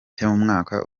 cy’umwaka